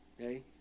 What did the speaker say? okay